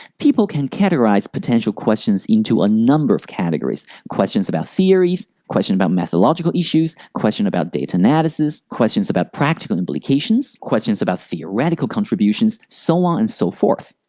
people can categorize potential questions into a number of categories questions about theories, questions about methodological issues, questions about data analysis, questions about practical implications, questions about theoretical contributions, so on and so forth.